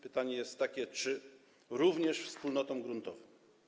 Pytanie jest takie, czy również wspólnotom gruntowym.